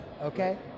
okay